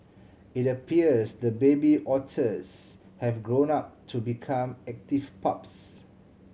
it appears the baby otters have grown up to become active pups